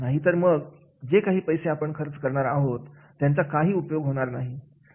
नाहीतर मग जे काही पैसे आपण खर्च करणार आहोत त्याचा काही उपयोग होणार नाही